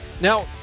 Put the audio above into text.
Now